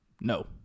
No